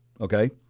Okay